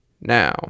now